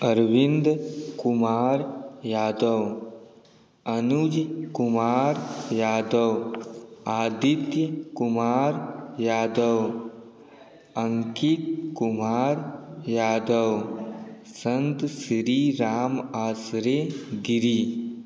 Arvind Kumar Yadav Anuj Kumar Yadav Aditya Kumar Yadav Ankit Kumar Yadav Sant Shri Ram Asare Giri